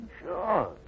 Sure